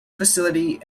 facility